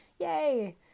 Yay